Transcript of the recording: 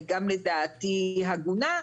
וגם לדעתי הגונה,